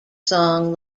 song